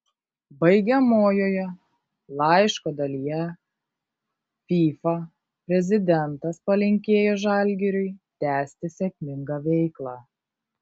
baigiamojoje laiško dalyje fifa prezidentas palinkėjo žalgiriui tęsti sėkmingą veiklą